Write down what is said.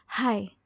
Hi